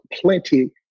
plenty